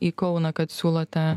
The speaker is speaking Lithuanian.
į kauną kad siūlote